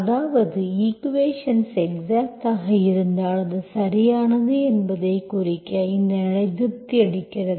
அதாவது equations exact ஆக இருந்தால் அது சரியானது என்பதைக் குறிக்க இந்த நிலை திருப்தி அளிக்கிறது